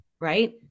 right